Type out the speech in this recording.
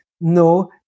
no